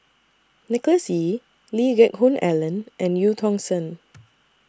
Nicholas Ee Lee Geck Hoon Ellen and EU Tong Sen